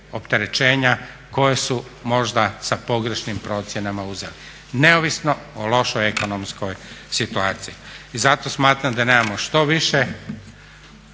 koja su možda sa pogrešnim procjenama uzeli neovisno o lošoj ekonomskoj situaciji. I zato smatram da nemamo što više